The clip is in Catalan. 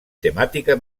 temàtica